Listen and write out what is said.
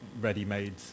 ready-made